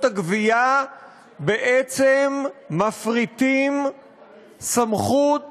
חברות הגבייה אנחנו בעצם מפריטים סמכות